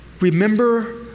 Remember